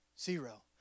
zero